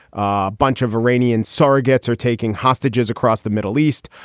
a bunch of iranian surrogates are taking hostages across the middle east.